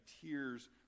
tears